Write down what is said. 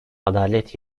adalet